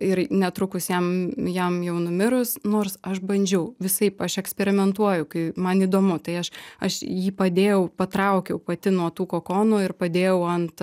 ir netrukus jam jam jau numirus nors aš bandžiau visaip aš eksperimentuoju kai man įdomu tai aš aš jį padėjau patraukiau pati nuo tų kokonų ir padėjau ant